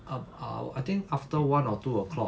up err I think after one or two O'clock